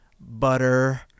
butter